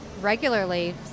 regularly